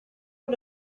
por